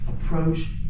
approach